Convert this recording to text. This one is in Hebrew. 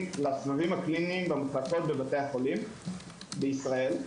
לאזורים הקליניים במחלקות בבתי החולים בישראל,